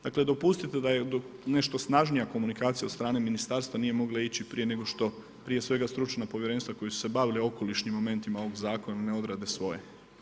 Dakle, dopustite da je nešto snažnija komunikacija od strane Ministarstva nije mogla ići prije nego što prije svega stručna povjerenstva koja su se bavila okolišnim momentima ovog Zakona ne odrade svoje.